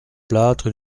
plâtre